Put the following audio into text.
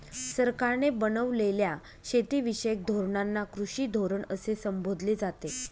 सरकारने बनवलेल्या शेतीविषयक धोरणांना कृषी धोरण असे संबोधले जाते